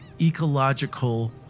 ecological